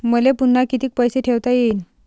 मले पुन्हा कितीक पैसे ठेवता येईन?